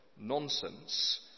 nonsense